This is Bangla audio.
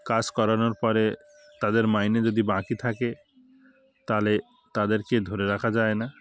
কাজ করানোর পরে তাদের মাইনে যদি বাকি থাকে তাহলে তাদেরকে ধরে রাখা যায় না